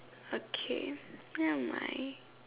okay never mind